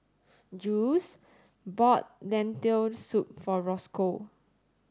Jules bought Lentil soup for Rosco